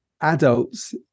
adults